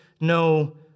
no